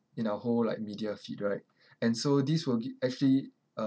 in our whole like media feed right and so this will g~ actually uh